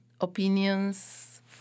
opinions